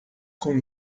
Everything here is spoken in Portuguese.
com